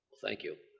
thank you.